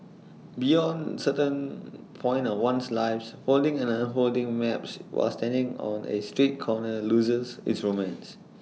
beyond A certain point in one's life folding and unfolding maps while standing on A street corners loses its romance